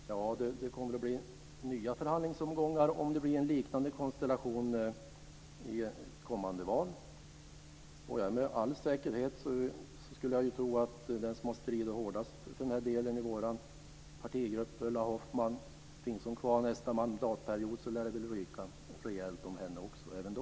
Fru talman! Ja, det kommer att bli nya förhandlingsomgångar om vi får en liknande konstellation efter kommande val. Den som har stridit hårdast för denna fråga i vår partigrupp är Ulla Hoffmann, och om hon finns kvar här under nästa mandatperiod lär det med all säkerhet komma att ryka rejält om henne även då.